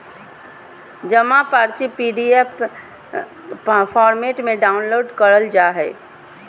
जमा पर्ची PDF format में डाउनलोड करल जा हय